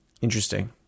Interesting